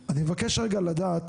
אני מבקש אבל לדעת